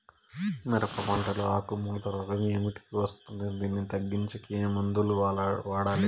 మిరప పంట లో ఆకు ముడత రోగం ఏమిటికి వస్తుంది, దీన్ని తగ్గించేకి ఏమి మందులు వాడాలి?